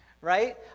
right